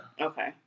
Okay